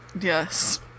Yes